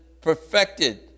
perfected